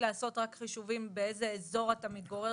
לעשות רק חישובים באיזה אזור אתה מתגורר,